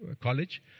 college